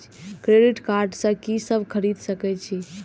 Credit card से की सब खरीद सकें छी?